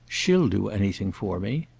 she'll do anything for me.